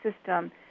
system